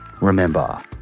remember